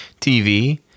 TV